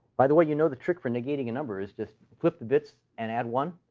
by the way, you know, the trick for negating a number is just flip the bits and add one.